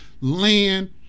land